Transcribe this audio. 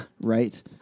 Right